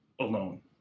alone